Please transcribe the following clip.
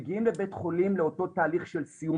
מגיעים לבית החולים לאותו תהליך של סיום